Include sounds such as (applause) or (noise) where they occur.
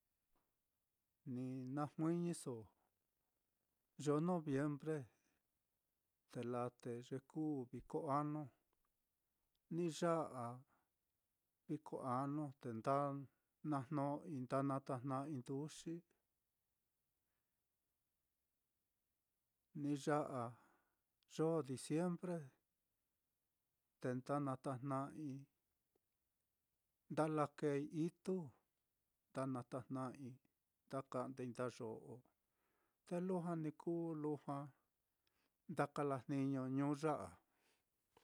Ni na juiñiso yoo noviembre, te laa te ye kuu viko anu, ni ya'a viko te nda na jno'ói nda natajna'ai nduxi, (hesitation) ni ya'a yoo diciembre te nda natajna'ai, nda lakeei itu, nda natajna'ai nda ka'ndei ndayo'o, te lujua ni kuu lujua nda kalajniño ñuu ya á.